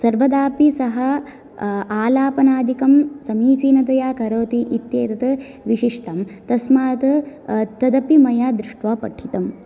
सर्वदापि सः आलपनादिकं समीचीनतया करोति इत्येतत् विशिष्टं तस्मात् तदपि मया दृष्ट्वा पठितम्